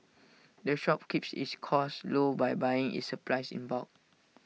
the shop keeps its costs low by buying its supplies in bulk